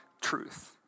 truth